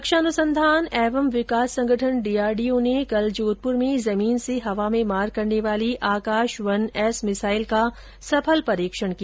रक्षा अनुसंधान एवं विकास संगठन डीआरडीओं ने कल जोधपुर में जमीन से हवा में मार करने वाली आकाश वन एस मिसाइल का सफल परीक्षण किया